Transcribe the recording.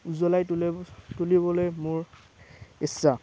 উজ্বলাই তুলিবলৈ মোৰ ইচ্ছা